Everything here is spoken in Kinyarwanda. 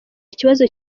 ikibazo